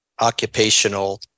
occupational